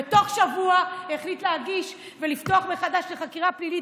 ובתוך שבוע החליט להגיש ולפתוח מחדש לחקירה פלילית,